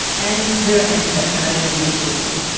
and there are anti-vaccination messages.